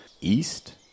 east